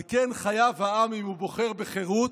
על כן חייב העם, אם הוא בוחר בחירות,